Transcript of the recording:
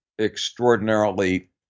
extraordinarily